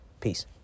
Peace